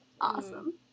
Awesome